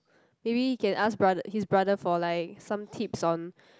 maybe you can ask brother his brother for like some tips on